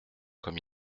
comme